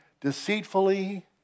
deceitfully